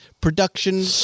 production